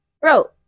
bro